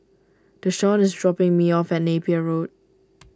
Dashawn is dropping me off at Napier Road